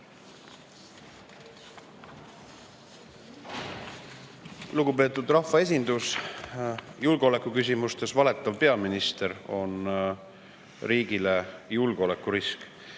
Lugupeetud rahvaesindus! Julgeolekuküsimustes valetav peaminister on riigile julgeolekurisk